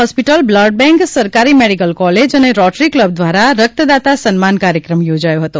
hospital blood bank સરકારી medical college અને rotary club દ્વારા રક્તદાતા સન્માન કાર્યક્રમ યોજાયો હતો